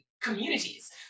communities